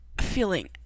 feeling